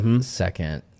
second